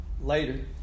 later